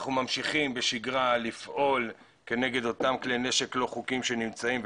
אנחנו ממשיכים בשגרה לפעול כנגד אותם כלי נשק לא חוקיים שנמצאים,